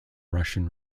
russian